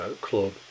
club